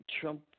Trump